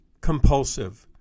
compulsive